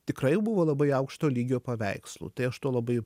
tikrai buvo labai aukšto lygio paveikslų tai aš tuo labai